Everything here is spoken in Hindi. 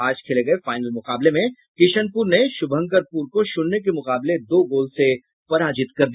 आज खेले गये फाइनल मुकाबले में किशनपुर ने शुभंकरपुर को शुन्य के मुकाबले दो गोल से पराजित कर दिया